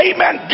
Amen